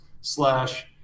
slash